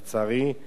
לצערי,